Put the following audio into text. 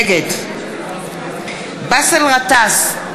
נגד באסל גטאס,